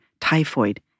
typhoid